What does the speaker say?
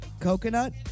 Coconut